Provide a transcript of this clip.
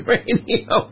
Radio